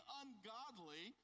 ungodly